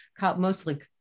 mostly